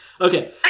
Okay